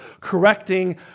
correcting